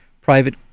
private